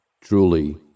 Truly